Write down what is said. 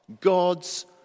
God's